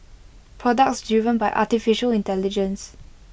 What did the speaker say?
products driven by Artificial Intelligence